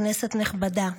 כנסת נכבדה,